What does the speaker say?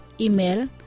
Email